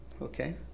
Okay